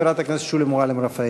חברת הכנסת שולי מועלם-רפאלי.